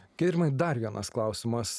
giedrimai dar vienas klausimas